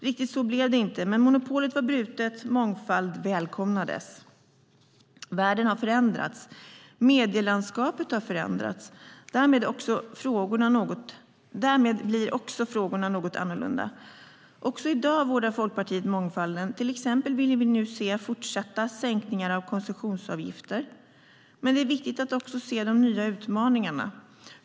Riktigt så blev det inte, men monopolet var brutet. Mångfald välkomnades. Världen har förändrats. Medielandskapet har förändrats. Därmed blir också frågorna något annorlunda. Också i dag vårdar Folkpartiet mångfalden. Till exempel vill vi nu se fortsatta sänkningar av koncessionsavgifter. Men det är viktigt att också se de nya utmaningarna.